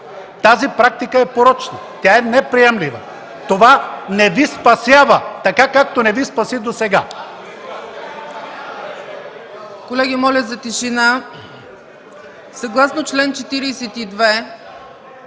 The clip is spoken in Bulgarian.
Тази практика е порочна, тя е неприемлива. Това не Ви спасява, така както не Ви спаси досега.